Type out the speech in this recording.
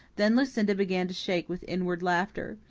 then lucinda began to shake with inward laughter.